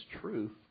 truth